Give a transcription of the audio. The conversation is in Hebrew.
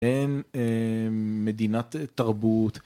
אין מדינת תרבות